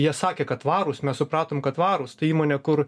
jie sakė kad tvarūs mes supratom kad tvarūs tai įmonė kur